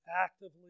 actively